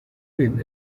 been